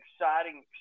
exciting